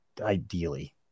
ideally